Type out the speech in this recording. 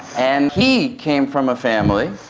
and he came from a family,